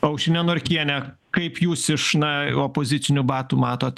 aušrine norkiene kaip jūs iš na opozicinių batų matot